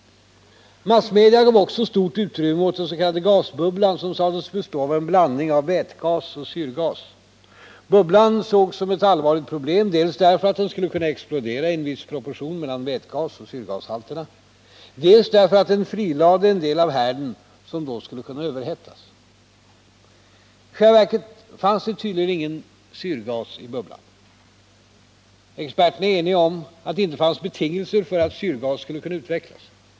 Massmedia gav också stort utrymme åt den s.k. gasbubblan, som sades bestå av en blandning av vätgas och syrgas. Den bubblan sågs som ett allvarligt problem dels därför att den skulle kunna explodera vid en viss proportion mellan vätgasoch syrgashalterna, dels därför att den frilade en del av härden, som då skulle kunna överhettas. I själva verket fanns det ingen syrgas i bubblan. Experterna är eniga om att det inte fanns betingelser för att syrgas skulle kunna utvecklas.